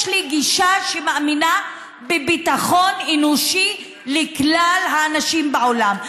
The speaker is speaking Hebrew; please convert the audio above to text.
יש לי גישה שמאמינה בביטחון אנושי לכלל האנשים בעולם.